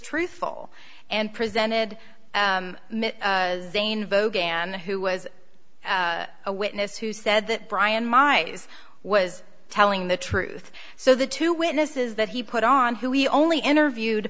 truthful and presented vogue and who was a witness who said that brian my eyes was telling the truth so the two witnesses that he put on who we only interviewed